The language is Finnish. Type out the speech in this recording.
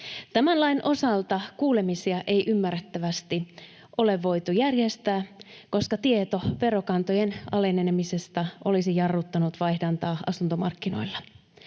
Tämän lain osalta kuulemisia ei ymmärrettävästi ole voitu järjestää, koska tieto verokantojen alenemisesta olisi jarruttanut vaihdantaa asuntomarkkinoilla.